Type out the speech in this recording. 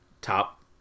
top